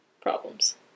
problems